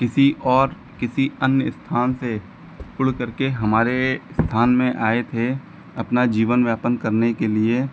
किसी और किसी अन्य स्थान से उड़ कर के हमारे स्थान में आए थे अपना जीवन यापन करने के लिए